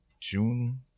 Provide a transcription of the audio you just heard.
June